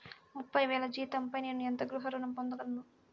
ముప్పై వేల జీతంపై నేను ఎంత గృహ ఋణం పొందగలను?